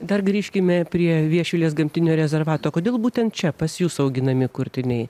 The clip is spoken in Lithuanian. dar grįžkime prie viešvilės gamtinio rezervato kodėl būtent čia pas jus auginami kurtiniai